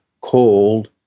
called